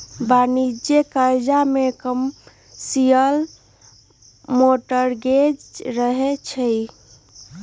वाणिज्यिक करजा में कमर्शियल मॉर्टगेज रहै छइ